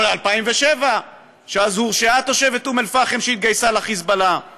ב-2007 הורשעה תושבת אום אלפחם שהתגייסה ל"חיזבאללה";